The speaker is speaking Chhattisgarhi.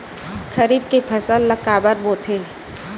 खरीफ के फसल ला काबर बोथे?